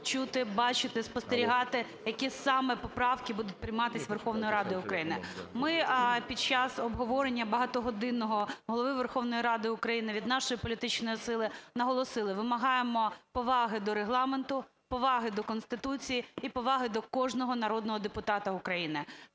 чути, бачити, спостерігати, які саме поправки будуть прийматись Верховною Радою України. Ми під час обговорення багатогодинного у Голови Верховної Ради України від нашої політичної сили наголосили: вимагаємо поваги до Регламенту, поваги до Конституції і поваги до кожного народного депутата України.